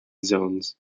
zones